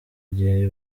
gihe